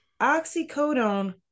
oxycodone